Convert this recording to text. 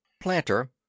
Planter